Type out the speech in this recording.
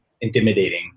intimidating